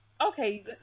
okay